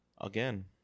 again